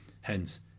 hence